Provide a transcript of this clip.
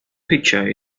picture